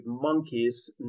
monkeys